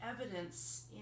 evidence